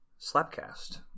Slapcast